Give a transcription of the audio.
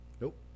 Nope